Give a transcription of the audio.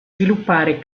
sviluppare